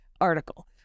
article